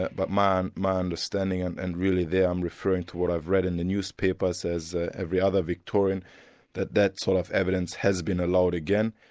but my my understanding and and really there i'm referring to what i've read in the newspapers, as ah every other victorian that that sort of evidence has been allowed again.